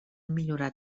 millorat